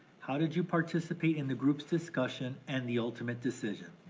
how did you participate in the group's discussion and the ultimate decision?